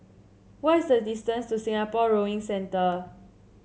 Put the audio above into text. what is the distance to Singapore Rowing Centre